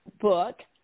book